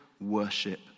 worship